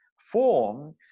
form